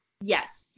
Yes